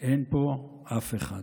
אין פה אף אחד".